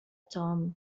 توم